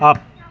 of